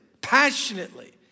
passionately